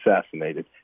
assassinated